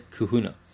kuhuna